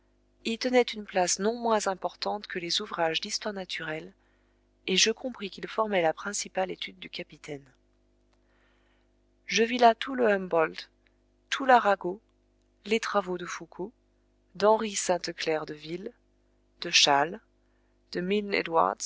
y tenaient une place non moins importante que les ouvrages d'histoire naturelle et je compris qu'ils formaient la principale étude du capitaine je vis là tout le humboldt tout l'arago les travaux de foucault d'henry sainte-claire deville de chasles de